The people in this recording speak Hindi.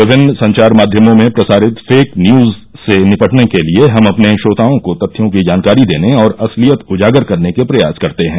विभिन्न संचार माध्यमों में प्रसारित फेक न्यूज से निपटने के लिए हम अपने श्रोताओं को तथ्यों की जानकारी देने और असलियत उजागर करने के प्रयास करते हैं